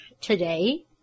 today